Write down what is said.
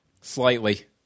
Slightly